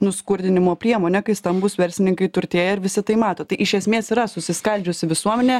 nuskurdinimo priemonė kai stambūs verslininkai turtėja ir visi tai mato tai iš esmės yra susiskaldžiusi visuomenė